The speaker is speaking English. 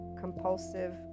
compulsive